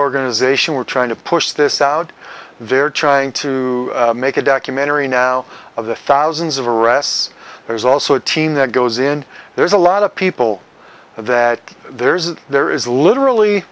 organization we're trying to push this out they're trying to make a documentary now of the thousands of arrests there's also a team that goes in there's a lot of people that there is that there is literally